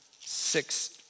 six